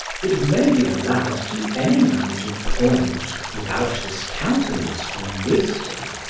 it may be allowed to any man to point without discountenance from wisdom.